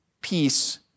peace